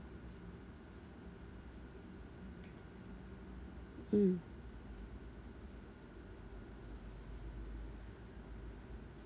mm